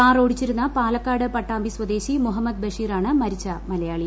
car ഓടിച്ചിരുന്ന പാലക്കാട് പട്ടാമ്പി സ്വദേശി മുഹമ്മദ് ബഷീറാണ് മരിച്ച മലയാളി